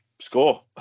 score